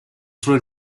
solo